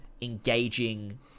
engaging